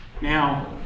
Now